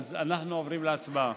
אז אנחנו עוברים להצבעה.